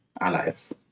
alive